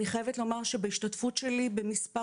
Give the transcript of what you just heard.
ואני חייבת לומר שבהשתתפות שלי במספר